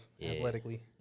athletically